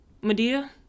medea